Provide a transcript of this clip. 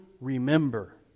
remember